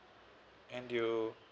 thank you